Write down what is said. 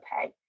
pay